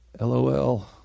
LOL